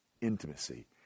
intimacy